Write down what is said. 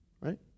right